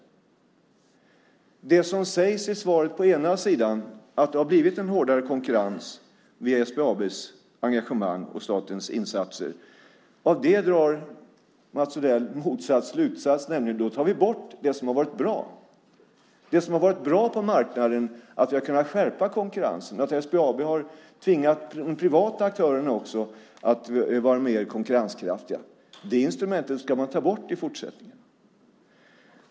Av det som sägs i svaret om att det har blivit en hårdare konkurrens via SBAB:s engagemang och statens insatser drar Mats Odell motsatt slutsats, nämligen att man då tar bort det som har varit bra. Det som har varit bra på marknaden är att vi har kunnat skärpa konkurrensen och att SBAB har tvingat också de privata aktörerna att vara mer konkurrenskraftiga. Det instrumentet ska man ta bort.